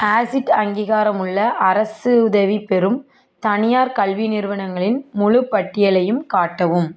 acid அங்கீகாரமுள்ள அரசு உதவிப்பெறும் தனியார் கல்வி நிறுவனங்களின் முழுப்பட்டியலையும் காட்டவும்